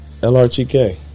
LRTK